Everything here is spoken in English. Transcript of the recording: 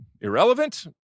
irrelevant